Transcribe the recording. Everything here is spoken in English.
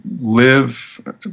live